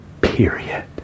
period